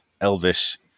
Elvish